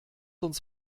uns